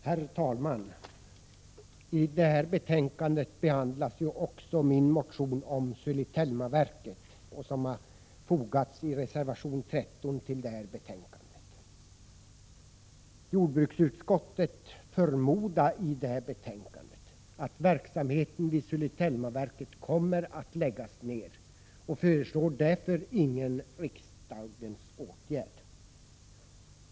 Herr talman! I detta betänkande behandlas också min motion om Sulitjelmaverket, som har följts upp i reservation 13. Jordbruksutskottet förmodar i betänkandet att verksamheten vid Sulitjelmaverket kommer att läggas ned och föreslår därför ingen riksdagens åtgärd.